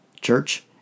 church